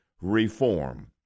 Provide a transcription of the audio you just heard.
reform